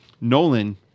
Nolan